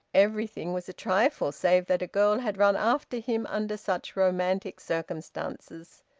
everything was a trifle save that a girl had run after him under such romantic circumstances.